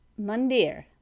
mandir